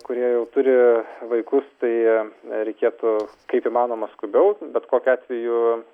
kurie jau turi vaikus tai reikėtų kaip įmanoma skubiau bet kokiu atveju